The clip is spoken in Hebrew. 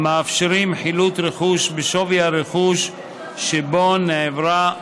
המאפשרים חילוט רכוש בשווי הרכוש שבו נעברה העבירה.